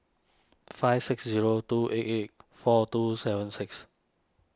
five six zero two eight eight four two seven six